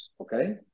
okay